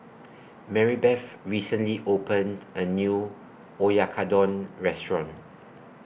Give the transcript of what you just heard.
Marybeth recently opened A New Oyakodon Restaurant